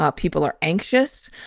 ah people are anxious.